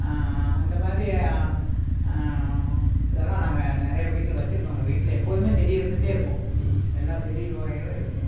அந்த மாதிரி இதெல்லாம் நாங்கள் நிறைய வீட்டில் வச்சுருக்கோங்க வீட்டில் எப்போதும் செடி இருந்துகிட்டே இருக்கும் எல்லா செடி வகைகளும் இருக்குங்க